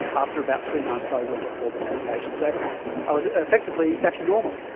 after about three months i went off all the medication. so i was effectively back to normal.